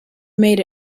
made